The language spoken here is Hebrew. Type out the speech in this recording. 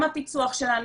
גם הפיצוח שלנו,